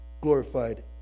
glorified